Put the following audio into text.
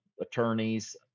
attorneys